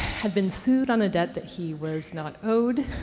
had been sued on a debt that he was not owed.